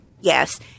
Yes